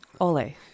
Ole